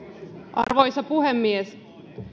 arvoisa puhemies